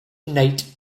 nate